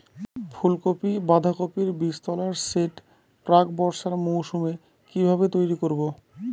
ফুলকপি বাধাকপির বীজতলার সেট প্রাক বর্ষার মৌসুমে কিভাবে তৈরি করব?